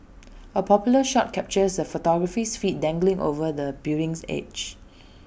A popular shot captures the photographer's feet dangling over the building's edge